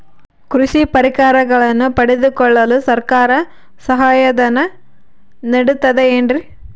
ಕೃಷಿ ಪರಿಕರಗಳನ್ನು ಪಡೆದುಕೊಳ್ಳಲು ಸರ್ಕಾರ ಸಹಾಯಧನ ನೇಡುತ್ತದೆ ಏನ್ರಿ?